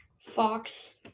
Fox